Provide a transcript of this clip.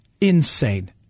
insane